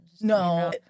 No